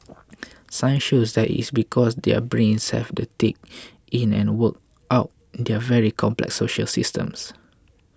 science shows that is because their brains have to take in and work out their very complex social systems